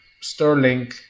Sterling